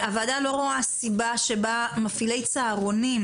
הוועדה לא רואה סיבה שמפעילי צהרונים,